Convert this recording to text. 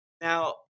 Now